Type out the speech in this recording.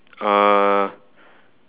uh